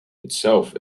itself